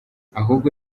ahubwo